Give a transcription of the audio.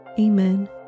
Amen